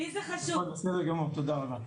בסדר גמור, תודה רבה.